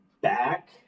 back